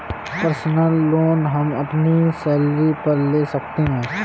personal loan हम अपनी salary पर ले सकते है